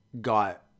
got